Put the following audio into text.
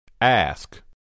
Ask